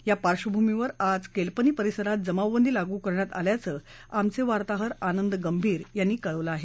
या पार्श्वभूमीवर आज केलपनी परिसरात जमावबंदी लागू करण्यात आल्याचं आमचे वार्ताहर आनंद गंभीर यांनी कळवलं आहे